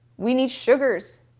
we need sugars.